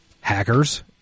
Hackers